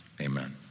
amen